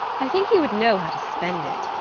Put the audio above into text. i think you would know how to spend it.